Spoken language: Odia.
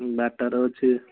ବାଟାର ଅଛି